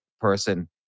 person